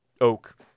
oak